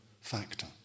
factor